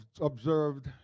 observed